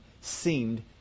seemed